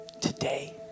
today